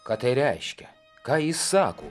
ką tai reiškia ką jis sako